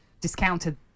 discounted